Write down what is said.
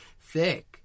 thick